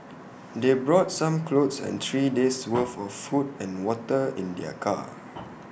they brought some clothes and three days' worth of food and water in their car